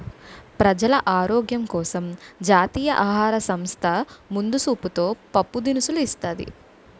ప్రజలు ఆరోగ్యం కోసం జాతీయ ఆహార సంస్థ ముందు సూపుతో పప్పు దినుసులు ఇస్తాది